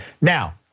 Now